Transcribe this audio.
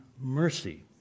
mercy